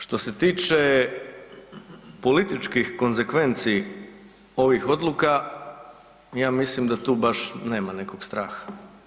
Što se tiče političkih konsekvenci ovih odluka, ja mislim da tu baš nema nekog straha.